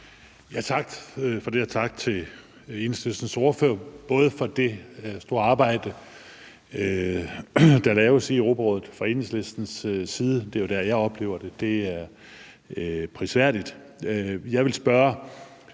Tak for det, og tak til Enhedslistens ordfører, også for det store arbejde, der laves i Europarådet fra Enhedslistens side. Det er jo der, jeg oplever det. Det er prisværdigt.